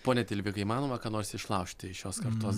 pone tilvikai įmanoma ką nors išlaužti iš šios kartos